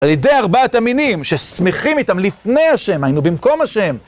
על ידי ארבעת המינים ששמחים איתם לפני ה' היינו במקום ה'